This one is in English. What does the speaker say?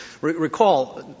recall